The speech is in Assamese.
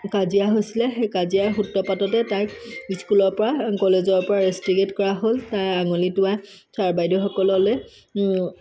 কাজিয়া হৈছিলে সেই কাজিয়াৰ সূত্ৰপাততেই তাইক স্কুলৰ পৰা কলেজৰ পৰা ৰাষ্টিকে'ট কৰা হ'ল তাই আঙুলি টোওৱা ছাৰ বাইদেউসকললৈ